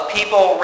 people